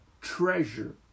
treasure